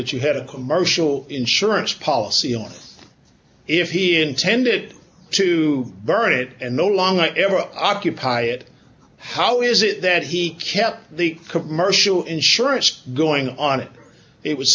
that you had a commercial insurance policy and if he intended to burn it and no longer ever occupy it how is it that he kept the commercial insurance going on it it w